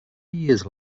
years